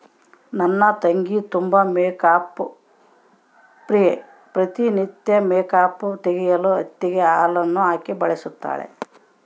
ನನ್ನ ತಂಗಿ ತುಂಬಾ ಮೇಕ್ಅಪ್ ಪ್ರಿಯೆ, ಪ್ರತಿ ನಿತ್ಯ ಮೇಕ್ಅಪ್ ತೆಗೆಯಲು ಹತ್ತಿಗೆ ಹಾಲನ್ನು ಹಾಕಿ ಬಳಸುತ್ತಾಳೆ